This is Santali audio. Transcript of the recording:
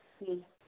ᱦᱮᱸ